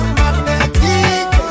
magnetic